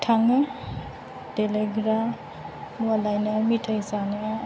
थाङो देलाइग्रा मुवा लायनाय मेथाइ जानाया